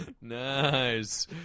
Nice